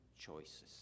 choices